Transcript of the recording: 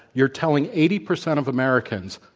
you're telling eighty percent of americans,